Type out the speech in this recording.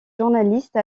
journaliste